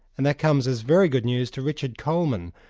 and that comes as very good news to richard coleman,